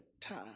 time